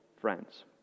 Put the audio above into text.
friends